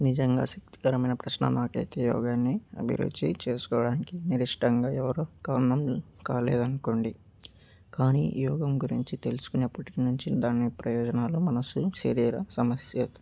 నిజంగా శక్తికరమైన ప్రశ్న నాకు అయితే యోగాని అభిరుచి చేసుకోవడానికి నిరిష్టంగా ఎవరో కారణం కాలేదు అనుకోండి కానీ యోగా గురించి తెలుసుకున్నప్పటి నుంచి దాని ప్రయోజనాలు మనసు శరీర సమస్య